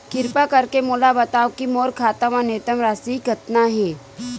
किरपा करके मोला बतावव कि मोर खाता मा न्यूनतम राशि कतना हे